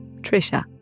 Trisha